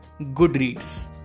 Goodreads